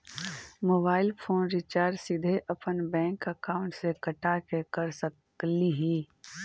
Mobile phone recharge सीधे अपन bank account से कटा के कर सकली ही?